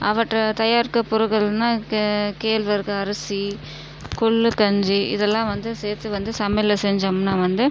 அவற்றை தயாரிக்கும் பொருட்கள்னால் கேழ்வரகு அரிசி கொள்ளு கஞ்சி இதெல்லாம் வந்து சேர்த்து வந்து சமையலை செஞ்சோம்னா வந்து